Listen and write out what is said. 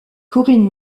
corinne